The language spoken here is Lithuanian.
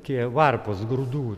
tiek varpos grūdų